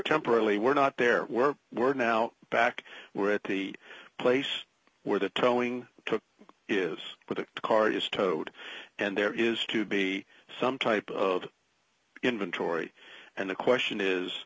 temporarily we're not there we're we're now back we're at the place where the toing took is but the car is towed and there is to be some type of inventory and the question is